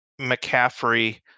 McCaffrey